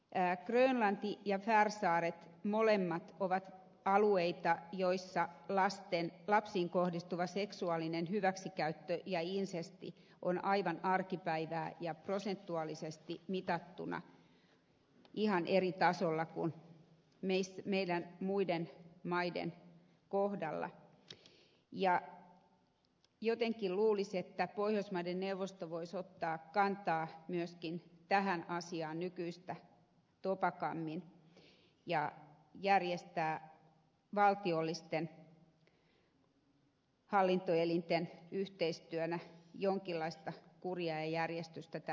grönlanti ja färsaaret molemmat ovat alueita missä lapsiin kohdistuva seksuaalinen hyväksikäyttö ja insesti on aivan arkipäivää ja prosentuaalisesti mitattuna ihan eri tasolla kuin meidän muiden maiden kohdalla ja jotenkin luulisi että pohjoismaiden neuvosto voisi ottaa kantaa myöskin tähän asiaan nykyistä topakammin ja järjestää valtiollisten hallintoelinten yhteistyönä jonkinlaista kuria ja järjestystä tähän asiaan